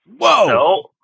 Whoa